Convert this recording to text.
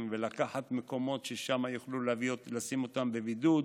ולקחת מקומות ששם יוכלו לשים אותם בבידוד.